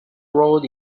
road